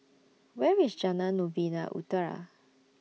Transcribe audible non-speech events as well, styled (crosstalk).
Where IS Jalan Novena (noise) Utara